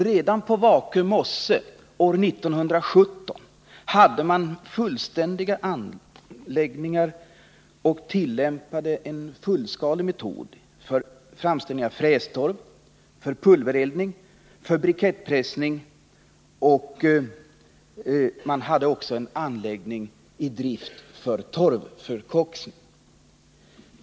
Redan år 1917 tillämpades på Vakö mosse en fullskalig metod för framställning av frästorv, och det fanns fullständiga anläggningar för pulvereldning, brikettpressning och torvförkoksning.